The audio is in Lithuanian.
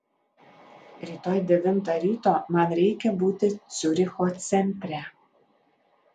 rytoj devintą ryto man reikia būti ciuricho centre